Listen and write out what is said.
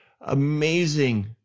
amazing